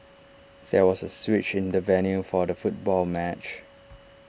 there was A switch in the venue for the football match